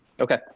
Okay